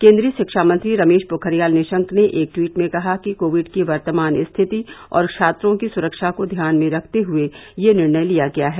केन्द्रीय शिक्षा मंत्री रमेश पोखरियाल निशंक ने एक ट्वीट में कहा कि कोविड की वर्तमान स्थिति और छात्रों की सुरक्षा को ध्यान में रखते हए ये निर्णय लिया गया है